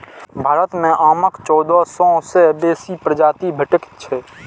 भारत मे आमक चौदह सय सं बेसी प्रजाति भेटैत छैक